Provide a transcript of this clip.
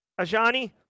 Ajani